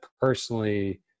personally –